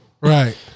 Right